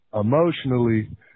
emotionally